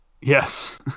Yes